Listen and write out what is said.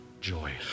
joy